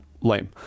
Lame